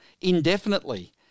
indefinitely